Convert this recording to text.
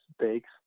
stakes